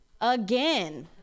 Again